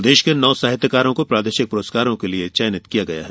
प्रदेश के नौ साहित्यकारों को प्रादेशिक पुरस्कार के लिए चयनित किया गया है